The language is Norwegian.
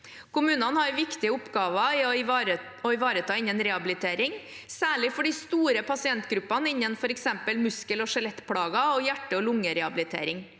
Kommunene har viktige oppgaver å ivareta innen rehabilitering, særlig for de store pasientgruppene innen f.eks. muskel- og skjelettplager og hjerte- og lungerehabilitering.